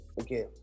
Okay